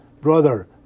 brother